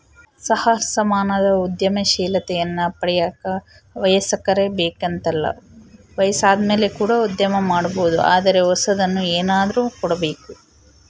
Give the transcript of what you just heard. ಸಹಸ್ರಮಾನದ ಉದ್ಯಮಶೀಲತೆಯನ್ನ ಪಡೆಯಕ ವಯಸ್ಕರೇ ಬೇಕೆಂತಲ್ಲ ವಯಸ್ಸಾದಮೇಲೆ ಕೂಡ ಉದ್ಯಮ ಮಾಡಬೊದು ಆದರೆ ಹೊಸದನ್ನು ಏನಾದ್ರು ಕೊಡಬೇಕು